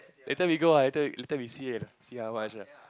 later we go ah later we later we see and see how much lah